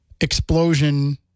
explosion